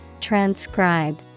Transcribe